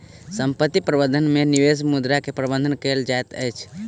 संपत्ति प्रबंधन में निवेश मुद्रा के प्रबंधन कएल जाइत अछि